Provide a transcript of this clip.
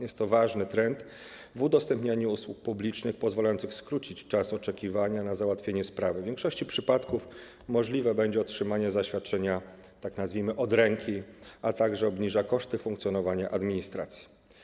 Jest to ważny trend w udostępnianiu usług publicznych, pozwalający skrócić czas oczekiwania na załatwienie sprawy - w większości przypadków możliwe będzie otrzymanie zaświadczenia, nazwijmy to: od ręki - a także obniżyć koszty funkcjonowania administracji.